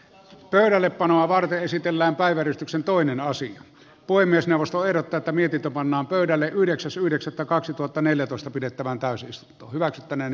pöydällepanoa varten esitellään päiväyrityksen toinen osin poimia sen ostoerät tätä mietitä pannaan pöydälle yhdeksäs yhdeksättä kaksituhattaneljätoista pidettävään täysistunto hyväksyttäneen